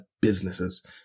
businesses